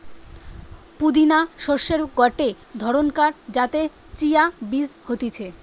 পুদিনা শস্যের গটে ধরণকার যাতে চিয়া বীজ হতিছে